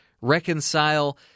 reconcile